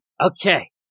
Okay